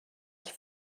ich